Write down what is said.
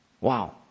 Wow